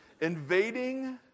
Invading